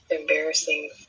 embarrassing